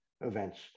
events